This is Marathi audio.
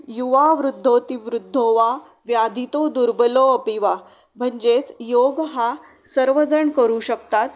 युवा वृद्धोती वृद्धोवा व्याधितो दुर्बलो अपिवा म्हणजेच योग हा सर्वजण करू शकतात